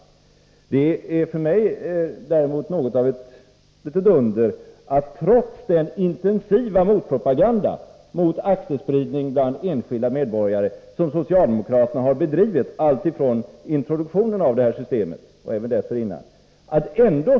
Det är för mig däremot något av ett under att så många har engagerat sig i sparandet, trots den intensiva motpropaganda mot aktiespridning bland enskilda som socialdemokraterna bedrivit alltifrån introduktionen av systemet — och även dessförinnan.